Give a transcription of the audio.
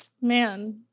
man